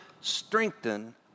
strengthen